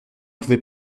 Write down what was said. pouvait